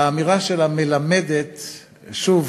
האמירה שלה מלמדת שוב,